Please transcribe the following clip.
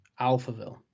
Alphaville